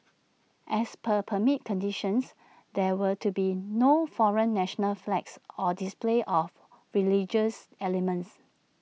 as per permit conditions there were to be no foreign national flags or display of religious elements